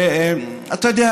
אתה יודע,